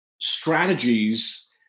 strategies